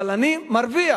אבל אני מרוויח.